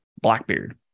blackbeard